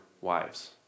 wives